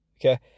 Okay